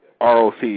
ROC